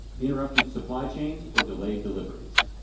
interrupted supply chains or delayed deliveries.